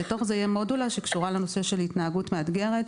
בתוך זה תהיה מודולה שקשורה לנושא של התנהגות מאתגרת,